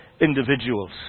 individuals